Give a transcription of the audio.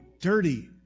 dirty